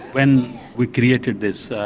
when we created this,